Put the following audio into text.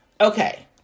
Okay